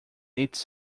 its